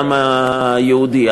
לעם היהודי.